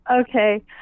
Okay